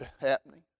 happening